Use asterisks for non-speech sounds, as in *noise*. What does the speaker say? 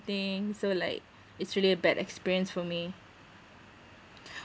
so like it's really a bad experience for me *breath*